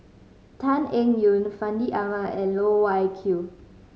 Tan Eng Yoon Fandi Ahmad and Loh Wai Kiew